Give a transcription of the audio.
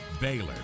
Baylor